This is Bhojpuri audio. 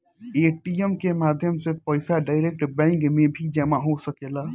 ए.टी.एम के माध्यम से पईसा डायरेक्ट बैंक में भी जामा हो सकेला